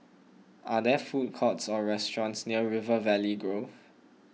are there food courts or restaurants near River Valley Grove